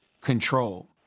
control